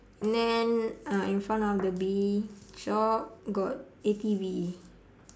then uh in front of the bee shop got A_T_V